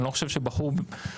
אני לא חושב שבחור חרדי,